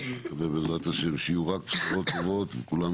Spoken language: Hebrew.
אני מקווה בעזרת ה' שיהיו רק בשורות טובות וכולם